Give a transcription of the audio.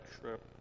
trip